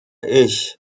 ich